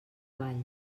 vall